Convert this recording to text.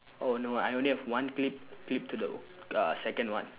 oh no I only have one clip clipped to the uh second one